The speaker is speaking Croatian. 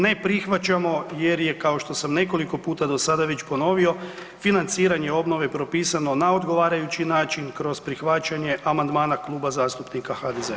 Ne prihvaćamo jer je, kao što sam nekoliko puta do sada već ponovio, financiranje obnove propisano na odgovarajući način kroz prihvaćanje amandmana Kluba zastupnika HDZ-a.